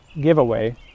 giveaway